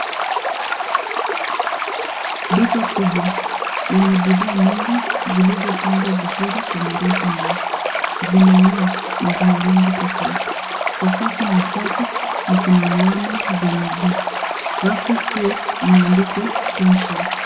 Duka kubwa, lenye bidhaa nyingi, zilizopangwa vizuri kwenye rafu ndefu zinangaa, na zina rangi tofauti. Sakafu ni safi na kuna alama za miguu. Rafu kuu imeandikwa Clean Shelf .